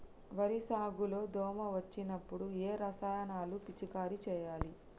వరి సాగు లో దోమ వచ్చినప్పుడు ఏ రసాయనాలు పిచికారీ చేయాలి?